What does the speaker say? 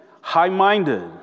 high-minded